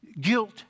Guilt